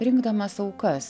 rinkdamas aukas